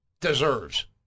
deserves